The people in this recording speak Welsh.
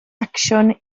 acsiwn